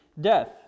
death